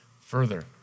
further